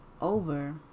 over